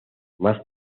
más